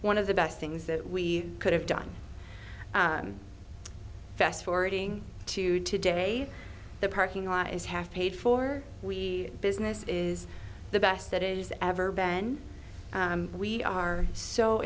one of the best things that we could have done fast forwarding to today the parking lot is half paid for we business is the best that it has ever ben we are so